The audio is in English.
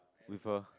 refer